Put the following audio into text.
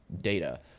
data